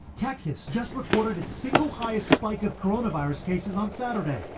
texas, just recorded its single highest spike of coronavirus cases on saturday.